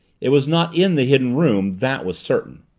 it was not in the hidden room, that was certain.